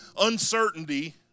uncertainty